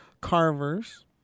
carvers